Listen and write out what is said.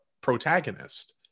protagonist